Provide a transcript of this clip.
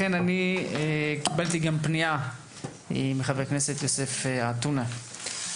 כנסת קיבלתי גם פנייה מחבר הכנסת עטאונה.